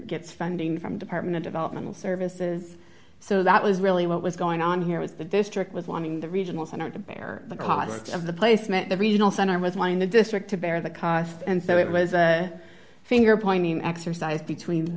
gets funding from department a developmental services so that was really what was going on here was the district was wanting the regional center to bear the cost of the placement the regional center was mine the district to bear the cost and so it was a finger pointing exercise between